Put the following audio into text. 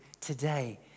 today